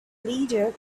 leader